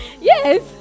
yes